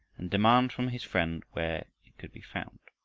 and demand from his friend where it could be found.